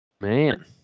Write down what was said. Man